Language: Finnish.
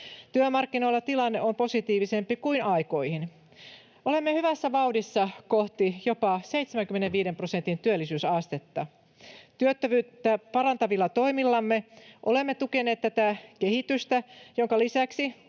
Työmarkkinoilla tilanne on positiivisempi kuin aikoihin. Olemme hyvässä vauhdissa kohti jopa 75 prosentin työllisyysastetta. Työttömyyttä parantavilla toimillamme olemme tukeneet tätä kehitystä, minkä lisäksi